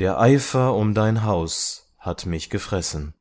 der eifer um dein haus hat mich gefressen